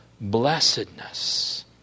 blessedness